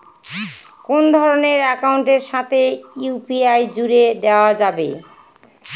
কোন ধরণের অ্যাকাউন্টের সাথে ইউ.পি.আই জুড়ে দেওয়া যাবে?